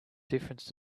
difference